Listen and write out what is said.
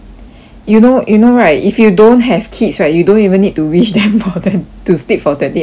you know you know right if you don't have kids right you don't even need to wish them for them to sleep for twenty hours a day